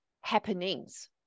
happenings